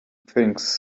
sphinx